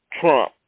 Trump